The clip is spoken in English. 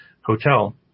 hotel